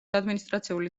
ადმინისტრაციული